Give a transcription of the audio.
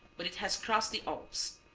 but it has crossed the alps.